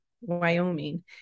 Wyoming